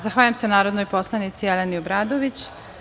Zahvaljujem se narodnoj poslanici Jeleni Obradović.